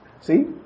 See